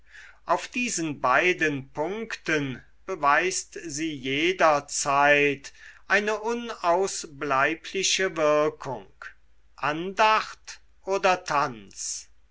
auf diesen beiden punkten beweist sie jederzeit eine unausbleibliche wirkung andacht oder tanz